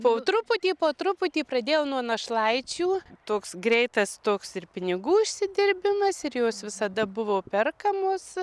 po truputį po truputį pradėjau nuo našlaičių toks greitas toks ir pinigų isidirbinas ir jos visada buvo perkamos